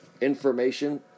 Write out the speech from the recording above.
information